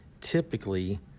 typically